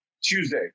Tuesday